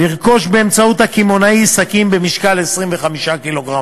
לרכוש באמצעות הקמעונאי שקים במשקל 25 קילוגרם.